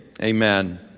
Amen